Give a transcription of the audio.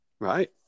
Right